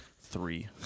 Three